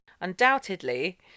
undoubtedly